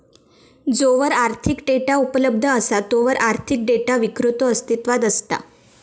जोवर आर्थिक डेटा उपलब्ध असा तोवर आर्थिक डेटा विक्रेतो अस्तित्वात असता